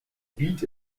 beat